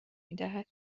میدهد